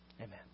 Amen